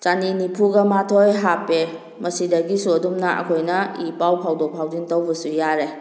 ꯆꯅꯤ ꯅꯤꯐꯨꯒ ꯃꯥꯊꯣꯏ ꯍꯥꯞꯄꯦ ꯃꯁꯤꯗꯒꯤꯁꯨ ꯑꯗꯨꯝꯅ ꯑꯩꯈꯣꯏꯅ ꯏ ꯄꯥꯎ ꯐꯥꯎꯗꯣꯛ ꯐꯥꯎꯖꯤꯟ ꯇꯧꯕꯁꯨ ꯌꯥꯔꯦ